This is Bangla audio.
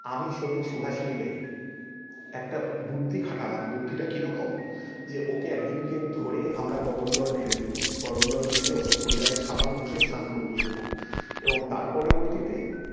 আমি সুনীল সুভাষ মিলে একটা বুদ্ধি খাটালাম বুদ্ধিটা কী রকম যে ওকে একদিনকে ধরে আমরা গরম জল ঢেলে দিবো গরম জল ঢেলে ও ওর গায়ে সাবান ঘষে স্নান করিয়ে দেবো এবং তার পরবর্তীতে